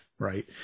Right